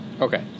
Okay